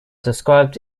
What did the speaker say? described